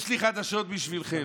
יש לי חדשות בשבילכם,